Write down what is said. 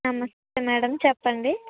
నమస్తే మేడం చెప్పండి